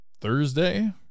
Thursday